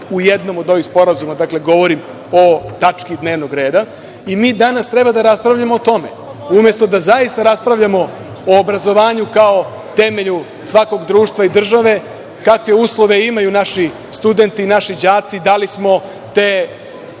u jednom od ovih sporazuma. Dakle, govorim o tački dnevnog reda, i mi treba da raspravljamo o tome, umesto da zaista raspravljamo o obrazovanju kao temelju svakog društva i države, kakve uslove imaju naši studenti, naši đaci, da li smo te